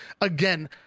again